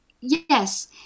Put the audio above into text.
Yes